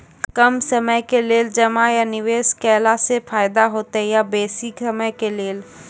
कम समय के लेल जमा या निवेश केलासॅ फायदा हेते या बेसी समय के लेल?